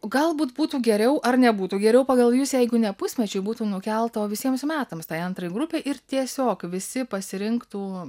galbūt būtų geriau ar nebūtų geriau pagal jus jeigu ne pusmečiui būtų nukelta o visiems metams tai antrai grupei ir tiesiog visi pasirinktų